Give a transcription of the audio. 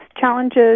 challenges